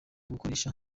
gukoresha